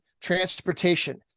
transportation